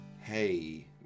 Hey